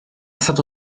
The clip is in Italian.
stato